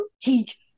teach